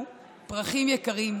פרחים יקרים,